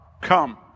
come